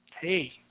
hey